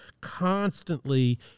constantly